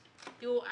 תראו,